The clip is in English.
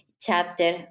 chapter